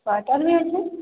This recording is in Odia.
ୱାଟର୍ବି ଅଛି